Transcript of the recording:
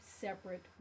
separate